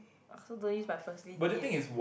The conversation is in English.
so don't use my facility and